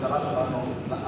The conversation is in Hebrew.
המטרה שלנו,